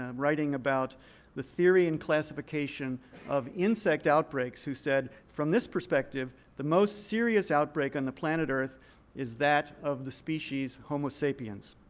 um writing about the theory and classification of insect outbreaks, who said, from this perspective, the most serious outbreak on the planet earth is that of the species homo sapiens.